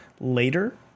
later